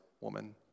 woman